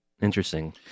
interesting